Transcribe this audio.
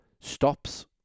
stops